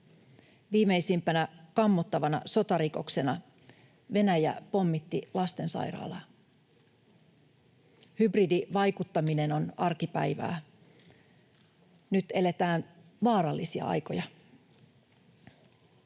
Viimeisimpänä kammottavana sotarikoksena Venäjä pommitti lastensairaalaa. Hybridivaikuttaminen on arkipäivää. Nyt eletään vaarallisia aikoja.